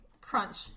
crunch